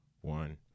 one